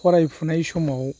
फरायफुनाय समाव